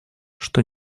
что